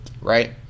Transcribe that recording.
right